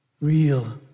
real